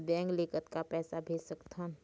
Bank ले कतक पैसा भेज सकथन?